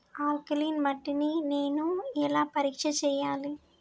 Alkaline మట్టి ని నేను ఎలా పరీక్ష చేయాలి?